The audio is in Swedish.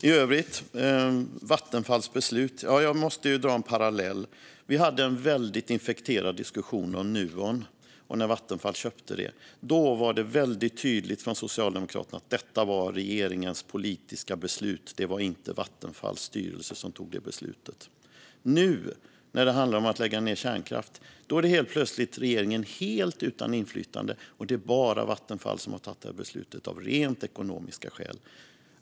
I övrigt måste jag dra en parallell vad gäller Vattenfalls beslut. Vi hade en väldigt infekterad diskussion när Vattenfall köpte Nuon. Socialdemokraterna var väldigt tydliga med att det handlade om regeringens politiska beslut; det var inte Vattenfalls styrelse som tog beslutet. När det nu handlar om att lägga ned kärnkraft är regeringen plötsligt helt utan inflytande. Det är bara Vattenfall som har tagit det här beslutet och gjort det av rent ekonomiska skäl.